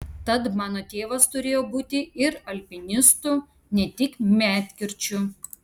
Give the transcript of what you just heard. tad mano tėvas turėjo būti ir alpinistu ne tik medkirčiu